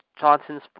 Johnson's